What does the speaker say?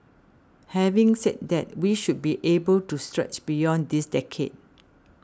having said that we should be able to stretch beyond this decade